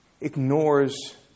ignores